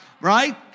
right